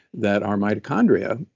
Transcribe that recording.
that our mitochondria,